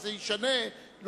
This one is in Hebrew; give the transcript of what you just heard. כשזה ישנה,